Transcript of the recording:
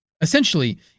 Essentially